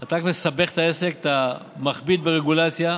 אתה רק מסבך את העסק, אתה מכביד ברגולציה,